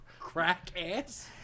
Crackass